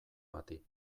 bati